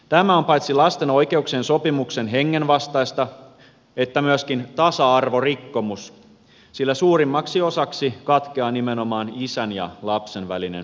tämä on paitsi lasten oikeuksien sopimuksen hengen vastaista myöskin tasa arvorikkomus sillä suurimmaksi osaksi katkeaa nimenomaan isän ja lapsen välinen yhteys